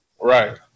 Right